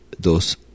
dos